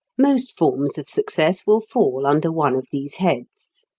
most forms of success will fall under one of these heads.